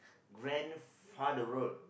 grandfather road